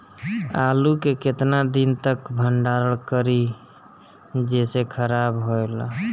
आलू के केतना दिन तक भंडारण करी जेसे खराब होएला?